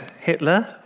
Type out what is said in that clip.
Hitler